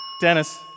Dennis